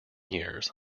years